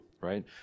right